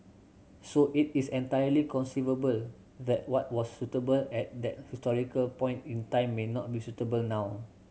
so it is entirely conceivable that what was suitable at that historical point in time may not be suitable now